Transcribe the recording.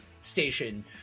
station